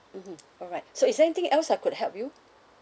mmhmm alright so is there anything else I could help you